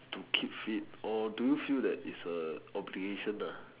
to keep fit or do you feel that it's an obligation